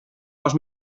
dos